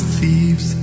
thieves